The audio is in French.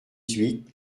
huit